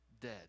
dead